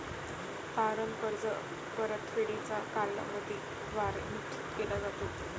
तारण कर्ज परतफेडीचा कालावधी द्वारे निश्चित केला जातो